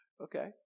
okay